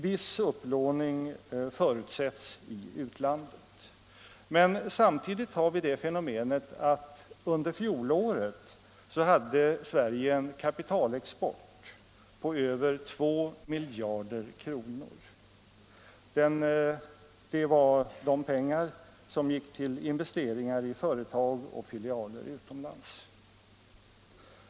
Viss upplåning i utlandet förutsätts. Men samtidigt har vi det fenomenet att Sverige under fjolåret hade en kapitalexport på över 2 miljarder kr. Det var de pengar som gick till investeringar i företag och filialer utomlands.